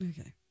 Okay